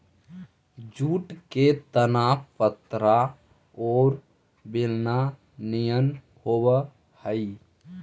jute के तना पतरा औउर बेलना निअन होवऽ हई